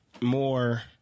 more